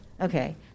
Okay